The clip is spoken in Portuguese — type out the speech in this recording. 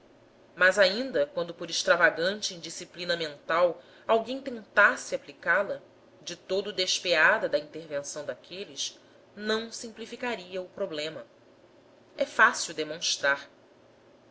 mas ainda quando por extravagante indisciplina mental alguém tentasse aplicá la de todo despeada da intervenção daqueles não simplificaria o problema é fácil demonstrar